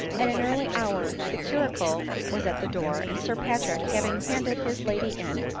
at an early hour the curricle was at the door, and sir patrick, haying handed his lady in,